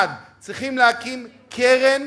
אחד, צריכים להקים קרן